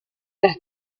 las